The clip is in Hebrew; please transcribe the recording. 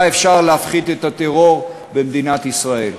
זאת הדרך היחידה שבה אפשר להפחית את הטרור במדינת ישראל.